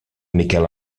miquel